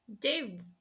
Dave